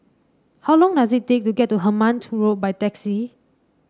how long does it take to get to Hemmant Road by taxi